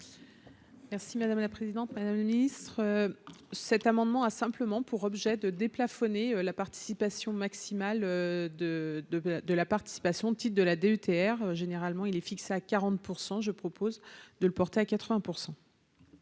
Merci madame la présidente, madame le ministre, cet amendement a simplement pour objet de déplafonner la participation maximale de, de, de la participation, petite de la DETR, généralement il est fixe à 40 % je propose de le porter à 80 %.